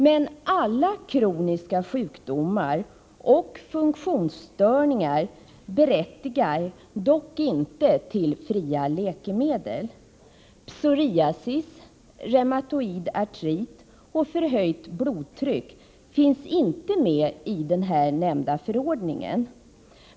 Men alla kroniska sjukdomar och funktionsstörningar berättigar dock inte till fria läkemedel. Psoriasis, reumatoid artrit och förhöjt blodtryck finns inte med i den nämnda förordningen.